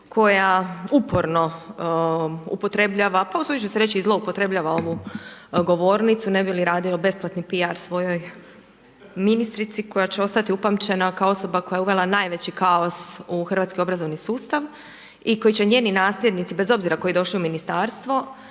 koja uporno upotrebljava, pa usuditi ću se reći i zloupotrebljava ovu govornicu ne bi li radio besplatni PR svojoj ministrici koja će ostati upamćena kao osoba koja je uvela najveći kaos u hrvatski obrazovni sustav i koji će njeni nasljednici bez obzira tko je došao u ministarstvo